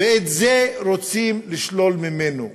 ואת זה רוצים לשלול ממנו.